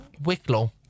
Wicklow